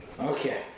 okay